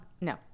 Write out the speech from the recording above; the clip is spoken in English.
No